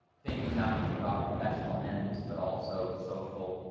thinking not just about professional ends but also social,